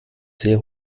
sehr